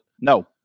No